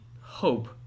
hope